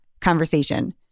conversation